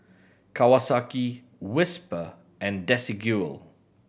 Kawasaki Whisper and Desigual